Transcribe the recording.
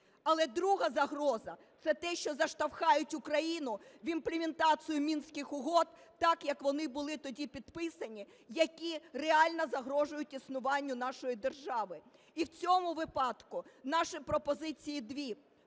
Але друга загроза – це те, що заштовхають Україну в імплементацію Мінських угод так, як вони були тоді підписані, які реально загрожують існуванню нашої держави. І в цьому випадку наші пропозиції дві.